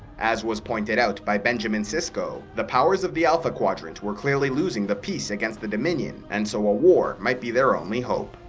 as was pointed out by bejamin sisko, the powers of the alpha quadrant were clearly losing the peace against the dominion, and so a war might be their only hope.